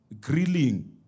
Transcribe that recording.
grilling